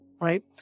right